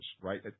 right